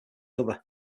other